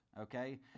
okay